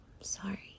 Sorry